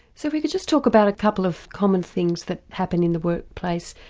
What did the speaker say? so if we can just talk about a couple of common things that happen in the workplace,